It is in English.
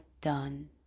done